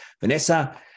Vanessa